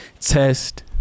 test